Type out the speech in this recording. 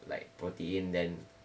like protein then